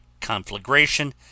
conflagration